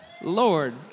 Lord